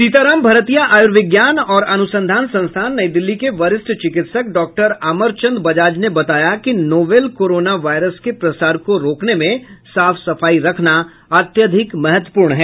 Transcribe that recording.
सीताराम भरतिया आयुर्विज्ञान और अनुसंधान संस्थान नई दिल्ली के वरिष्ठ चिकित्सक डॉक्टर अमरचंद बजाज ने बताया कि नोवेल कोरोना वायरस के प्रसार को रोकने में साफ सफाई रखना अत्यधिक महत्वपूर्ण है